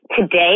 today